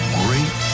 great